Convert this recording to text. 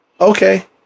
Okay